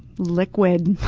liquid.